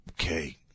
Okay